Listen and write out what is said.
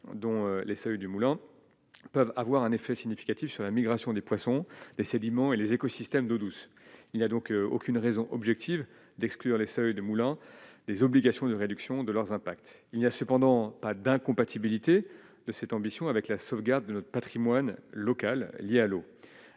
dont les seuils du Moulin peuvent avoir un effet significatif sur la migration des poissons les sédiments et les écosystèmes d'eau douce, il n'y a donc aucune raison objective d'exclure les seuils des moulins, les obligations de réduction de leurs impacts il n'y a cependant pas d'incompatibilité de cette ambition avec la sauvegarde de notre Patrimoine local lié à l'eau,